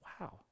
Wow